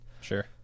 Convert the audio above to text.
Sure